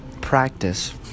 practice